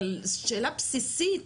אבל שאלה בסיסית,